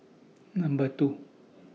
Number two